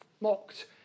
mocked